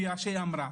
הדברים שאמרה,